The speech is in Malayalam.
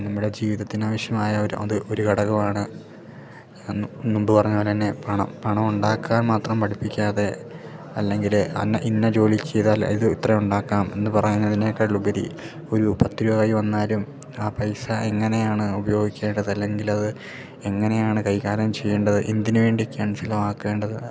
നമ്മുടെ ജീവിതത്തിനാവശ്യമായ ഒരു അത് ഒരു ഘടകമാണ് അന്ന് മുമ്പ് പറഞ്ഞതു പോലെ തന്നെ പണം പണം ഉണ്ടാക്കാൻ മാത്രം പഠിപ്പിക്കാതെ അല്ലെങ്കിൽ അന്ന ഇന്ന ജോലി ചെയ്താല് ഇത് ഇത്ര ഉണ്ടാക്കാം എന്ന് പറയുന്നതിനേക്കാളുപരി ഒരു പത്ത് രൂപയുമായി വന്നാലും ആ പൈസ എങ്ങനെയാണ് ഉപയോയിക്കേണ്ടത് അല്ലെങ്കിലത് എങ്ങനെയാണ് കൈകാര്യം ചെയ്യേണ്ടത് എന്തിന് വേണ്ടിയൊക്കെയാണ് ചിലവാക്കേണ്ടത് പറ